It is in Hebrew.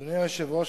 אדוני היושב-ראש,